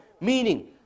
meaning